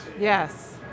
Yes